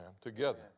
together